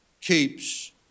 keeps